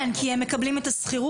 כן, כי הם מקבלים את השכירות.